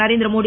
Narendra Modi